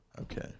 Okay